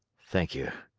thank you,